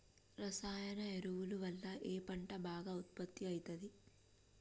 రసాయన ఎరువుల వల్ల ఏ పంట బాగా ఉత్పత్తి అయితది?